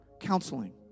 counseling